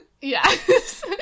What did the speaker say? Yes